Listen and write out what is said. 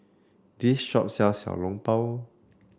this shop sells Xiao Long Bao